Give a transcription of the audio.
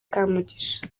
kamugisha